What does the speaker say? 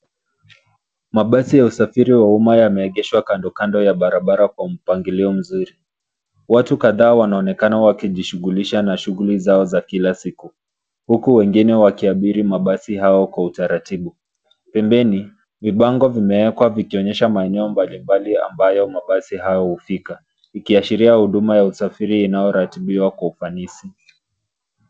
Mabasi ya usafiri wa umma, yameegeshwa kandokando ya barabara na mpangilio mzuri. Watu kadhaa wanaonekana wakijishughulisha na shughuli zao za kila siku, huku wengine wakiabiri mabasi hayo kwa utaratibu. Pembeni vibango vimewekwa, vikionyesha maeneo mbalimbali ambayo mabasi hayo hufika. Ikiashiria huduma ya usafiri, inayoratibiwa kwa ufanisi.